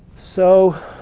so